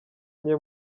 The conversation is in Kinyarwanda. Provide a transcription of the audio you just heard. nke